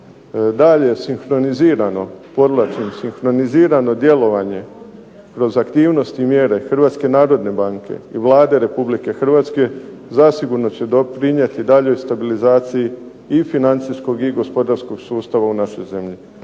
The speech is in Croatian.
Dalje, sinhronizirano sinkronizirano djelovanje kroz aktivnosti mjere Hrvatske narodne banke i Vlade Republike Hrvatske zasigurno će doprinijeti daljoj stabilizaciji i financijskog i gospodarskog sustava u našoj zemlji.